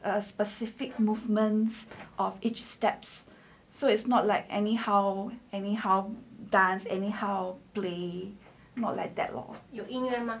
a specific movements of each steps so it's not like anyhow anyhow dance anyhow play lor like that lor